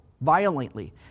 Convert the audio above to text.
violently